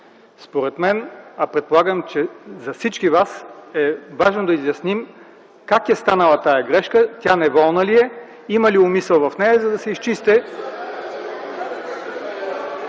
Според мен, предполагам, и за всички вас е важно да изясним как е станала тази грешка, тя неволна ли е, има ли умисъл в нея, за да се изчисти.